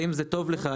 אם זה טוב לך,